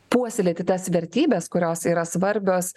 puoselėti tas vertybes kurios yra svarbios